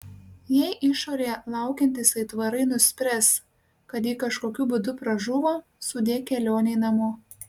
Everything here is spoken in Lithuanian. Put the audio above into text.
jei išorėje laukiantys aitvarai nuspręs kad ji kažkokiu būdu pražuvo sudie kelionei namo